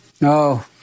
No